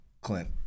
Clint